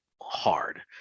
hard